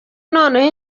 noneho